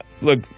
look